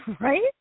right